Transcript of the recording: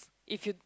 if you